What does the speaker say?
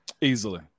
Easily